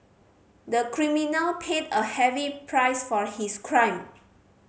the criminal paid a heavy price for his crime